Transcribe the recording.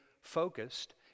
focused